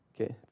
Okay